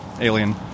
alien